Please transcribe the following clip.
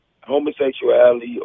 homosexuality